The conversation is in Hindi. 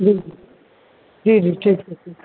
जी जी जी जी ठीक है ठीक है